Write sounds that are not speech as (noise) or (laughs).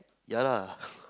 ya lah (laughs)